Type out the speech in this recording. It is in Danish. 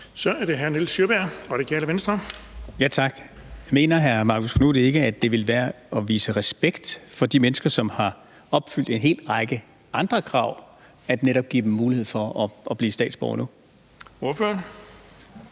Så er det hr. Nils Sjøberg, Radikale Venstre. Kl. 14:28 Nils Sjøberg (RV): Tak. Mener hr. Marcus Knuth ikke, at det ville være at vise respekt for de mennesker, som har opfyldt en hel række andre krav, at man netop giver dem mulighed for at blive statsborgere nu? Kl.